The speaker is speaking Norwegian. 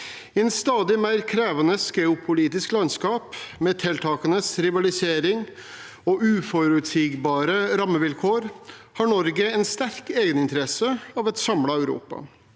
I et stadig mer krevende geopolitisk landskap, med tiltakende rivalisering og uforutsigbare rammevilkår, har Norge en sterk egeninteresse av et samlet Europa.